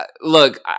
look